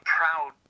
proud